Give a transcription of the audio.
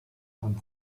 von